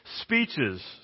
speeches